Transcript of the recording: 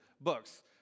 books